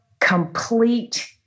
complete